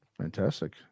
Fantastic